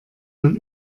man